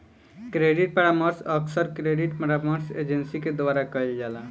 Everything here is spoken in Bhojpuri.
क्रेडिट परामर्श अक्सर क्रेडिट परामर्श एजेंसी के द्वारा कईल जाला